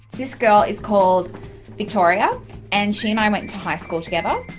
this girl is called victoria and she and i went to high school together.